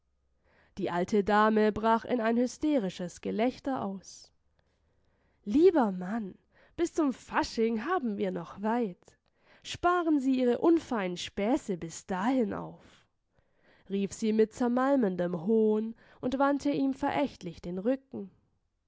die alte dame brach in ein hysterisches gelächter aus lieber mann bis zum fasching haben wir noch weit sparen sie ihre unfeinen späße bis dahin auf rief sie mit zermalmendem hohn und wandte ihm verächtlich den rücken